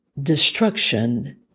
destruction